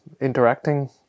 interacting